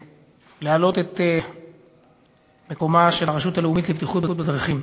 להעלות את מקומה של הרשות הלאומית לבטיחות בדרכים,